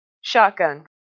shotgun